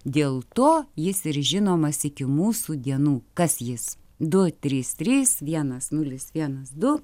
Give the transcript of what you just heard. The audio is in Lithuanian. dėl to jis ir žinomas iki mūsų dienų kas jis du trys trys vienas nulis vienas du